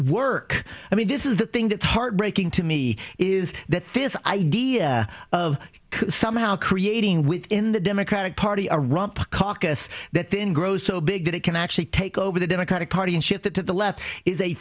work i mean this is the thing that's heartbreaking to me is that this idea of somehow creating within the democratic party a rump caucus that then grows so big that it can actually take over the democratic party and shift that to the left is